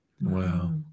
Wow